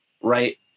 right